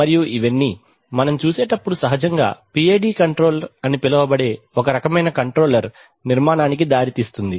మరియు ఇవన్నీ మనం చూసేటప్పుడు సహజంగా PID కంట్రోల్ అని పిలువబడే ఒక రకమైన కంట్రోలర్ నిర్మాణానికి దారి తీస్తుంది